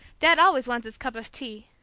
dad always wants his cup of tea.